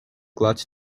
clutch